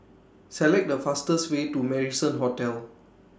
Select The fastest Way to Marrison Hotel